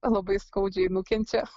labai skaudžiai nukenčia